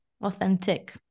authentic